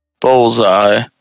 Bullseye